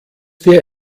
dir